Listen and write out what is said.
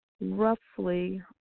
roughly